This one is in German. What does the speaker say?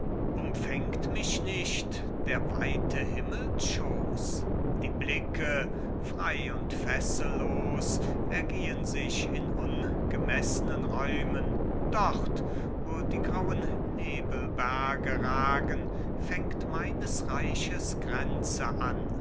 umfängt mich nicht der weite himmelsschoß die blicke frei und fessellos ergehen sich in ungemeßnen räumen dort wo die grauen nebelberge ragen fängt meines reiches grenze an